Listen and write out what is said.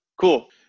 Cool